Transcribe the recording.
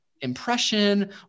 impression